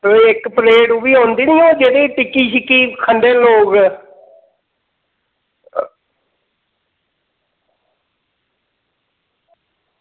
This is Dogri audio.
ते इक प्लेट ओह् बी औंदी नी जेह्ड़ी टिक्की शिक्की खंदे न लोग